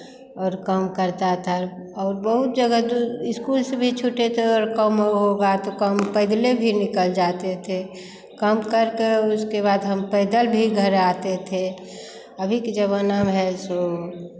और काम करता था और बहुत जगह तो इस्कूल से भी छूटे तो अगर कम होगा तो कम पैदले भी निकल जाते थे काम करके उसके बाद हम पैदल भी घर आते थे अभी के ज़माना में है सो